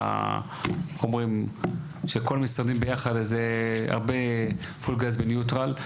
שהחוסר של כל המשרדים ביחד זה הרבה פול גז בניוטרל.